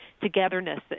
togetherness